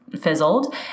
fizzled